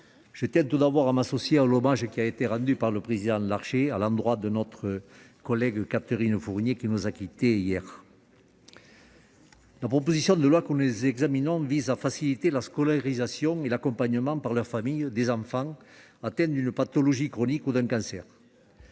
je tiens tout d'abord à m'associer à l'hommage qui a été rendu par le président Larcher à notre collègue Catherine Fournier, qui nous a quittés hier. La proposition de loi que nous examinons vise à faciliter la scolarisation et l'accompagnement par leur famille des enfants atteints d'une pathologie chronique ou d'un cancer.